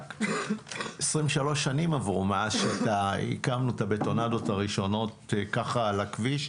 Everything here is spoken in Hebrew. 23 שנים עברו מאז שהקמנו את הבטונדות הראשונות ככה על הכביש.